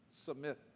Submit